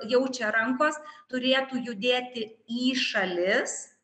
jaučia rankos turėtų judėti į šalis